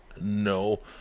No